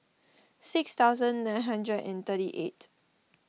six thousand nine hundred and thirty eight